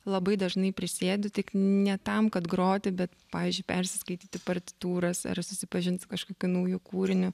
labai dažnai prisėdu tik ne tam kad groti bet pavyzdžiui persiskaityti partitūras ar susipažint su kažkokiu nauju kūriniu